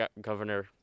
governor